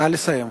נא לסיים.